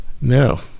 No